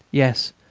yes,